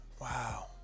wow